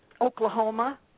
Oklahoma